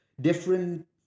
different